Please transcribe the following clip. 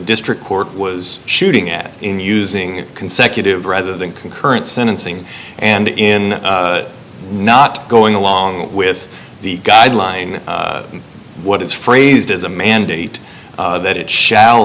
district court was shooting at him using consecutive rather than concurrent sentencing and in not going along with the guideline what is phrased as a mandate that it shall